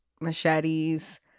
machetes